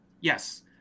Yes